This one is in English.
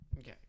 Okay